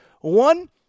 One